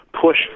push